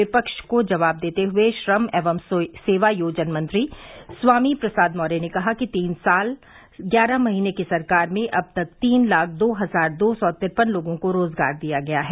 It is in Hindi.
विपक्ष का जवाब देते हुए श्रम एवं सेवायोजन मंत्री स्वामी प्रसाद मौर्य ने कहा कि तीन साल ग्यारह महीने की सरकार में अब तक तीस लाख दो हजार दो सौ तिरपन लोगों को रोजगार दिया गया है